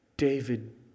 David